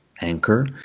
anchor